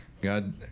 God